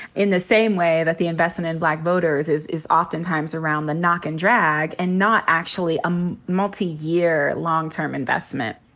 in the same way that the investment in black voters is is often times around the knock and drag and not actually a um multiyear long term investment.